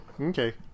Okay